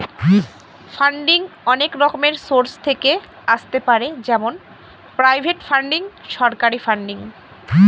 funding অনেক রকমের source থেকে আসতে পারে যেমন প্রাইভেট ফান্ডিং, সরকারি ফান্ডিং